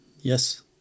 Yes